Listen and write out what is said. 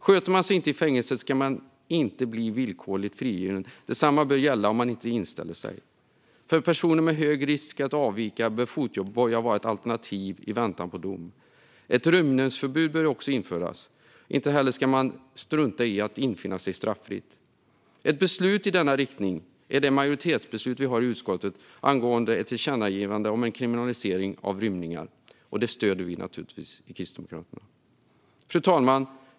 Sköter man sig inte i fängelset ska man inte bli villkorligt frigiven. Detsamma bör gälla om man inte inställer sig. För personer med hög risk att avvika bör fotboja vara ett alternativ i väntan på dom. Ett rymningsförbud bör också införas. Inte heller ska man straffritt kunna strunta i att infinna sig. Ett beslut i denna riktning är det majoritetsbeslut som vi har i utskottet angående ett tillkännagivande om en kriminalisering av rymningar. Det stöder naturligtvis vi kristdemokrater. Fru talman!